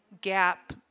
gap